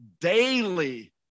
daily